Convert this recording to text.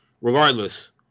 regardless